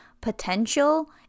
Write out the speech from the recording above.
potential